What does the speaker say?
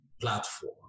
platform